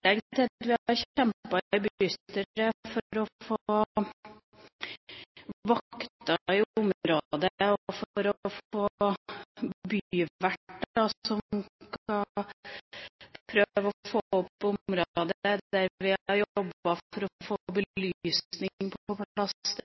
at vi har kjempet i bystyret for å få vakter i området og byverter som skal prøve å få opp området, der vi har jobbet for å få belysning på plass, der vi har jobbet for å få